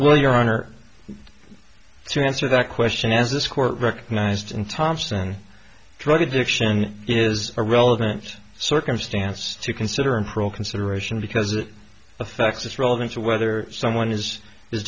well your honor to answer that question as this court recognized in thompson drug addiction is a relevant circumstance to consider and for all consideration because it affects its relevance of whether someone is is